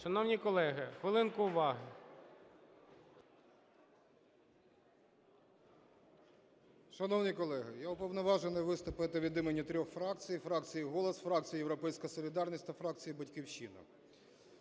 Шановні колеги, хвилинку уваги. 13:52:55 РАХМАНІН С.І. Шановні колеги! Я уповноважений виступити від імені трьох фракцій: фракції "Голос", фракції "Європейська солідарність" та фракції "Батьківщина".